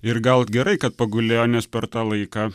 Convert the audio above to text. ir gal gerai kad pagulėjo nes per tą laiką